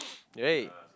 right